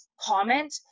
comment